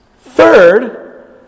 Third